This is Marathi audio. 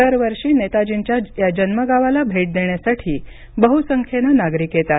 दरवर्षी नेताजींच्या या जन्मगावाला भेट देण्यासाठी बह्संख्येनं नागरिक येतात